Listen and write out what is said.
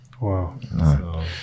Wow